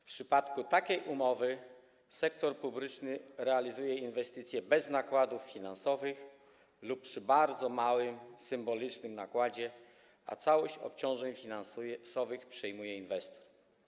W przypadku takiej umowy sektor publiczny realizuje inwestycje bez nakładów finansowych lub przy bardzo małym, symbolicznym nakładzie, a całość obciążeń finansowych przejmuje inwestor.